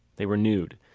they were nude,